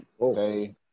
okay